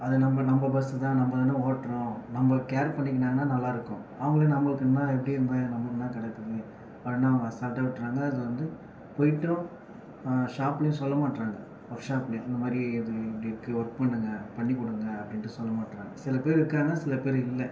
அதை நம்ம நம்ம பஸ் தான் நம்ம தானே ஓட்டுறோம் நம்மளை கேர் பண்ணிக்கின்னா தான் நல்லா இருக்கும் அவங்களே நம்மளுக்கு என்ன எப்படி இருந்தால் நம்மளுக்கு என்ன கிடக்குது அப்புறம் என்ன அவங்க அசால்ட்டா விட்டுறாங்க அது வந்து போயிட்டு ஷாப்லையும் சொல்ல மாட்டேங்கிறாங்க ஒர்க் ஷாப்லையும் இந்த மாதிரி இது இப்படி இருக்குது ஒர்க் பண்ணுங்கள் பண்ணி கொடுங்க அப்படினுட்டு சொல்ல மாட்டேங்கிறாங்க சில பேர் இருக்காங்க சில பேர் இல்லை